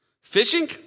Fishing